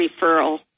referral